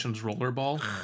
rollerball